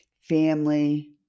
family